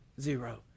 Zero